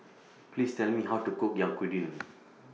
Please Tell Me How to Cook Yaki Udon